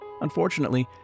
Unfortunately